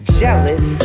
jealous